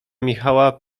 michała